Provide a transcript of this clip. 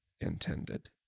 intended